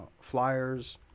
flyers